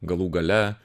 galų gale